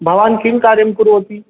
भवान् किं कार्यं करोति